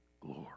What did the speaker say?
glory